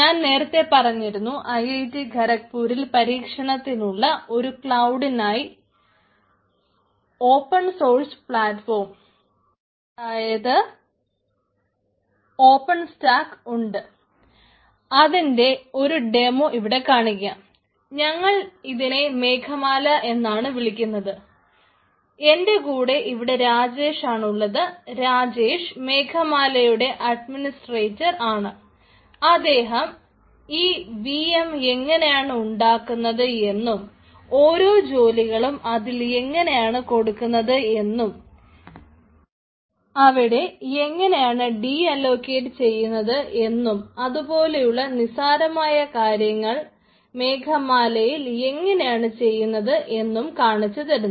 ഞാൻ നേരത്തെ പറഞ്ഞിരുന്നു ഐ ഐ റ്റി ഖരക്പൂരിൽ പരീക്ഷണത്തിനുള്ള ഒരു ക്ലൌഡിനായി ഓപ്പൺ സോഴ്സ് പ്ളാറ്റ്ഫോം എങ്ങനെയാണ് ഉണ്ടാക്കുന്നത് എന്നും ഓരോ ജോലികളും അതിൽ എങ്ങനെയാണ് കൊടുക്കുന്നത് എന്നും അവിടെ എങ്ങനെയാണ് ഡിഅലോക്കേറ്റു ചെയ്യുന്നത് എന്നും അതുപൊലെയുള്ള നിസ്സാരമായ കാര്യങ്ങൾ മേഘമാലയിൽ എങ്ങനെയാണ് ചെയ്യുന്നത് എന്നും കാണിച്ചു തരുന്നു